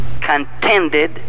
contended